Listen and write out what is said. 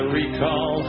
recall